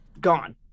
gone